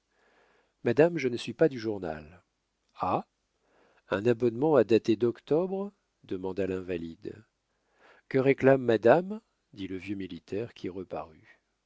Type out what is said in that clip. madame je ne suis pas du journal ah un abonnement à dater d'octobre demanda l'invalide que réclame madame dit le vieux militaire qui reparut